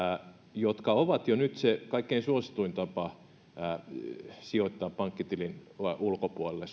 jotka ovat jo nyt suomalaisilla kotitalouksilla se kaikkein suosituin tapa sijoittaa pankkitilin ulkopuolelle